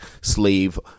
slave